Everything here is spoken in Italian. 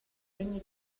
segni